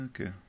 Okay